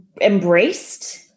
embraced